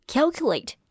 Calculate